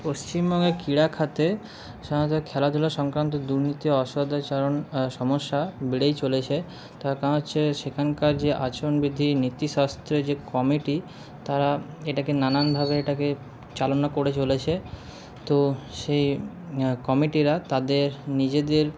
পশ্চিমবঙ্গের ক্রীড়াখাতে সাধারণত খেলাধুলা সংক্রান্ত দুর্নীতি অসদাচারণ সমস্যা বেড়েই চলেছে তার কারণ হচ্ছে সেখানকার যে আচরনবিধি নীতিশাস্ত্রে যে কমিটি তারা এটাকে নানানভাবে এটাকে চালনা করে চলেছে তো সেই কমিটিরা তাদের নিজেদের